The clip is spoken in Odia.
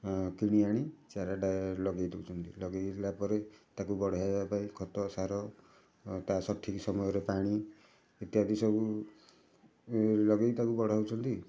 କିଣି ଆଣି ଚାରାଟା ଲଗାଇ ଦେଉଛନ୍ତି ଲଗାଇଲା ପରେ ତାକୁ ବଢ଼ାଇବା ପାଇଁ ଖତ ସାର ତା ସଠିକ୍ ସମୟରେ ପାଣି ଇତ୍ୟାଦି ସବୁ ଲଗାଇକି ତାକୁ ବଢ଼ାଉଛନ୍ତି